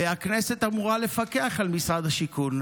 הכנסת אמורה לפקח על משרד השיכון.